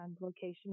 location